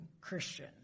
Christian